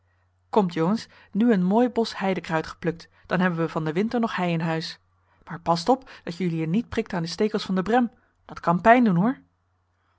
komt jongens nu een mooie bos heidekruid geplukt dan hebben we van den winter nog hei in huis maar past op dat jullie je niet prikt aan de stekels van de brem dat kan pijn doen hoor